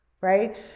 Right